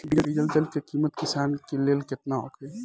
Diesel तेल के किमत किसान के लेल केतना होखे?